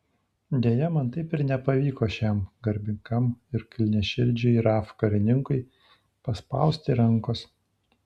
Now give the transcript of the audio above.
deja man taip ir nepavyko šiam garbingam ir kilniaširdžiui raf karininkui paspausti rankos